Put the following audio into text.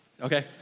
okay